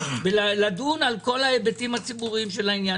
לדון בכל ההיבטים הציבוריים בעניין.